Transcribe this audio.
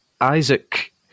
Isaac